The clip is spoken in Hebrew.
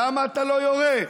למה אתה לא יורה?